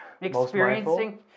experiencing